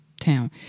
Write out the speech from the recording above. town